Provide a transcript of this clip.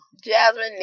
Jasmine